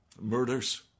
Murders